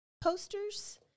posters